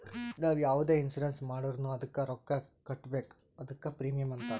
ನಾವು ಯಾವುದೆ ಇನ್ಸೂರೆನ್ಸ್ ಮಾಡುರ್ನು ಅದ್ದುಕ ರೊಕ್ಕಾ ಕಟ್ಬೇಕ್ ಅದ್ದುಕ ಪ್ರೀಮಿಯಂ ಅಂತಾರ್